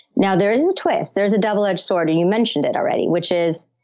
now, there is a twist. there is a double-edged sword. and you mentioned it already, which is